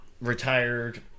retired